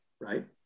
right